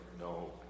no